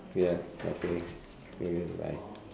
ya okay okay bye